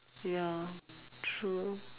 ya true